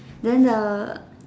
then the